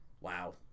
wow